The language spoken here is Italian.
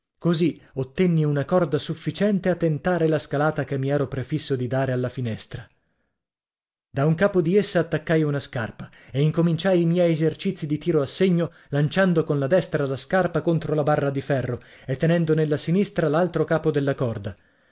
cosi ottenni una corda sufficiente a tentare la scalata che mi ero prefisso di dare alla finestra da un capo di essa attaccai una scarpa e incominciai i miei esercizi di tiro a segno lanciando con la destra la scarpa contro la barra di ferro e tenendo nella sinistra l'altro capo della corda